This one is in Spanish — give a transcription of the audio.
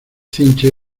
cinchas